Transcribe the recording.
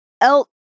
elk